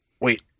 wait